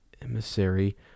emissary